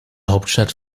hauptstadt